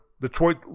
Detroit